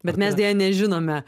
bet mes deja nežinome